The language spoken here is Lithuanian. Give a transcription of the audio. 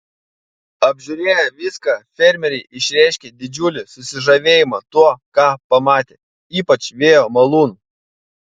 apžiūrėję viską fermeriai išreiškė didžiulį susižavėjimą tuo ką pamatė ypač vėjo malūnu